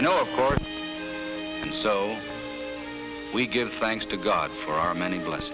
i know of course so we give thanks to god for our many bless